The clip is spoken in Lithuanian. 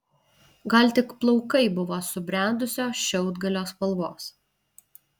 gal tik plaukai buvo subrendusio šiaudgalio spalvos